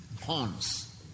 horns